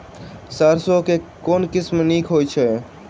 सैरसो केँ के किसिम नीक होइ छै?